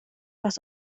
was